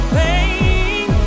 pain